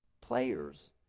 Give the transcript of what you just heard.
players